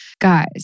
Guys